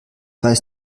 weiß